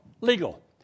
legal